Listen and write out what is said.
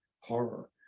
horror